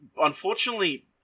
Unfortunately